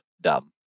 dumb